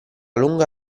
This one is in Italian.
lunga